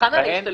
מבחן על השתלמות?